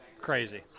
crazy